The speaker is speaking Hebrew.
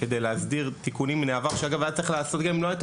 וכדי להסדיר תיקונים מן העבר דבר שאגב היה צריך להיעשות גם אם לא הייתה